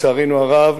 לצערנו הרב,